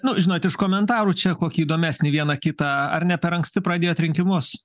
nu žinot iš komentarų čia kokį įdomesnį vieną kitą ar ne per anksti pradėjot rinkimus